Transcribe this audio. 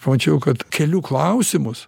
pamačiau kad keliu klausimus